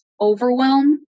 overwhelm